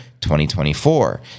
2024